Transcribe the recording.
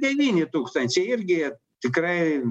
devyni tūkstančiai irgi tikrai